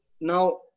now